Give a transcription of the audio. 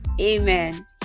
amen